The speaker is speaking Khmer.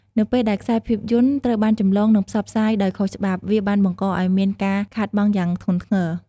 នៅពេលដែលខ្សែភាពយន្តត្រូវបានចម្លង និងផ្សព្វផ្សាយដោយខុសច្បាប់ វាបានបង្កឱ្យមានការខាតបង់យ៉ាងធ្ងន់ធ្ងរ។